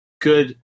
good